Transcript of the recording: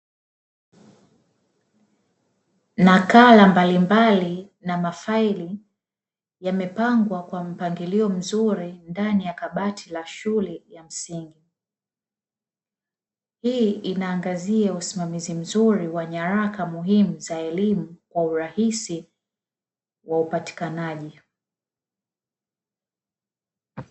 Nakala mbalimbali na mafaili yamepangwa kwa mpangilio mzuri ndani ya kabati la shule ya msingi. Hii inaangazia usimamizi mzuri wa nyaraka muhimu za elimu kwa urahisi wa upatikanaji.